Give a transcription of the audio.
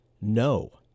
No